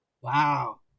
Wow